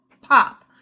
pop